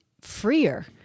freer